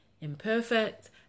Imperfect